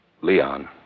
Leon